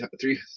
three